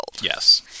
Yes